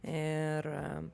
ir a